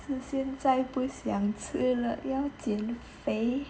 可是现在不想吃了要减肥